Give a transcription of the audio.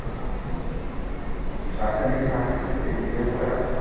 ᱨᱟᱥᱟᱭᱱᱤᱠ ᱥᱟᱨ ᱦᱤᱥᱟᱹᱵᱛᱮ ᱤᱭᱩᱨᱤᱭᱟᱹ ᱠᱚ ᱮᱨᱟᱜᱼᱟ